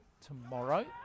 tomorrow